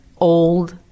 old